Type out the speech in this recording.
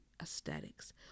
Aesthetics